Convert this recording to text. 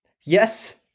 Yes